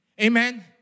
Amen